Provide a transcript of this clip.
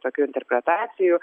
tokių interpretacijų